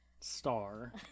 star